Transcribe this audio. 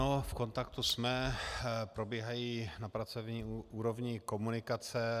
Ano, v kontaktu jsme, probíhají na pracovní úrovni komunikace.